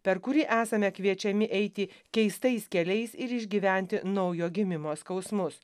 per kurį esame kviečiami eiti keistais keliais ir išgyventi naujo gimimo skausmus